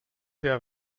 der